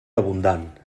abundant